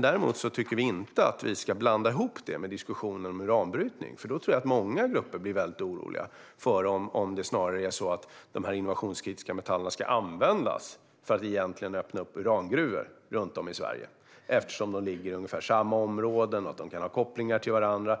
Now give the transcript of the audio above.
Däremot tycker vi inte att vi ska blanda ihop det med diskussionen om uranbrytning. Då tror jag att många grupper blir väldigt oroliga för om det snarare är så att de här innovationskritiska metallerna ska användas för att egentligen öppna urangruvor runt om i Sverige, eftersom de ligger i ungefär samma områden och kan ha kopplingar till varandra.